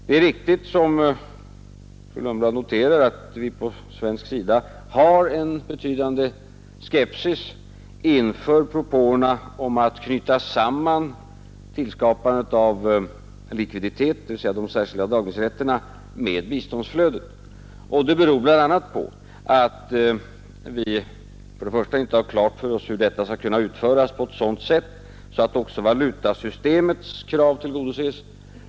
Det är riktigt som fru Lundblad noterar att vi från svensk sida har en betydande skepsis inför propåerna att knyta samman tillskapandet av likviditet, dvs. de särskilda dragningsrätterna, med biståndsflödet. Det beror bl.a. på att vi för det första inte har klart för oss hur detta skall kunna utföras så att även valutasystemets krav tillgodoses.